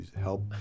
help